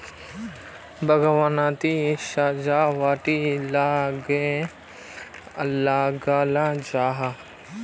बाग्वानित सजावटी ला गाछ लगाल जाहा